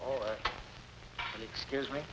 or excuse me